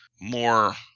more